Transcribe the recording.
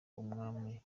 umwami